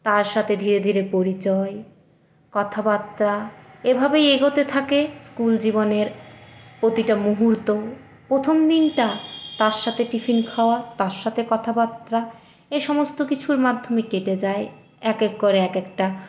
তার সাথে ধীরে ধীরে পরিচয় কথাবার্তা এভাবেই এগোতে থাকে স্কুল জীবনের প্রতিটা মুহূর্ত প্রথম দিনটা তার সাথে টিফিন খাওয়া তার সাথে কথাবার্তা এ সমস্ত কিছুর মাধ্যমে কেটে যায় এক এক করে এক একটা